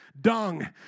dung